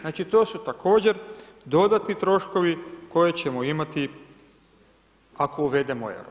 Znači to su također dodatni troškovi koje ćemo imati ako uvedemo euro.